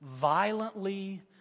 violently